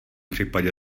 případě